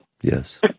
Yes